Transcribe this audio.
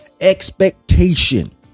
Expectation